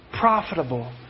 profitable